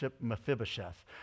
Mephibosheth